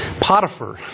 Potiphar